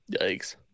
Yikes